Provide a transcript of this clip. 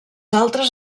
altres